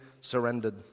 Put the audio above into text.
surrendered